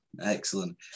Excellent